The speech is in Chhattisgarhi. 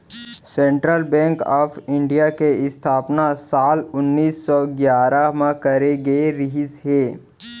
सेंटरल बेंक ऑफ इंडिया के इस्थापना साल उन्नीस सौ गियारह म करे गे रिहिस हे